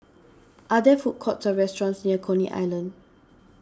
are there food courts or restaurants near Coney Island